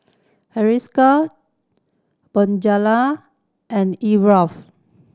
Hiruscar Bonjela and